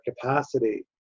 capacity